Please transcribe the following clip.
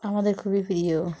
আমাদের খুবই প্রিয়